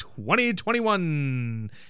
2021